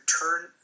turn